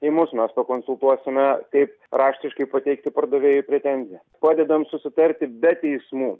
į mus mes pakonsultuosime kaip raštiškai pateikti pardavėjui pretenziją padedam susitarti be teismų